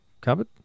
cupboard